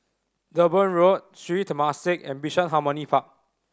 Durban Road Sri Temasek and Bishan Harmony Park